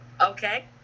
Okay